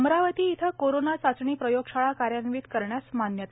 अमरावती इथ कोरोंना चाचणी प्रयोगशाळा कार्यान्वित करण्यास मान्यता